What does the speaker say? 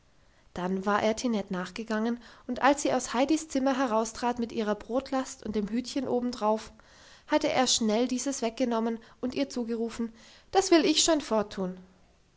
dann war er tinette nachgegangen und als sie aus heidis zimmer heraustrat mit ihrer brotlast und dem hütchen oben darauf hatte er schnell dieses weggenommen und ihr zugerufen das will ich schon forttun